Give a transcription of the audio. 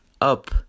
up